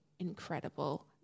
incredible